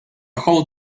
whole